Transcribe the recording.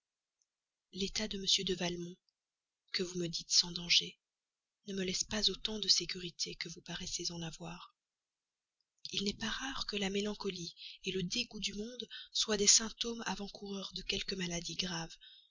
l'état de m de valmont que vous me dites sans danger ne me laisse pas autant de sécurité que vous paraissez en avoir il n'est pas rare que la mélancolie le dégoût du monde soient des symptômes avant-coureurs de quelque maladie grave